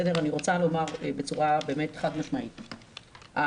אני רוצה לומר בצורה באמת חד משמעית שהפנסיה,